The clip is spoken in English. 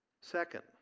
Second